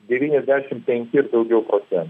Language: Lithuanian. devyniasdešim penki ir daugiau procen